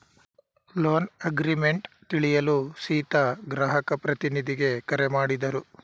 loan agreement ತಿಳಿಯಲು ಸೀತಾ ಗ್ರಾಹಕ ಪ್ರತಿನಿಧಿಗೆ ಕರೆ ಮಾಡಿದರು